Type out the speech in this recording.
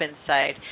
inside